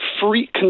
free